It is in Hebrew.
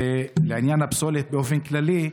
לעניין הפסולת באופן כללי,